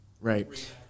Right